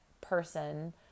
person